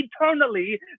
eternally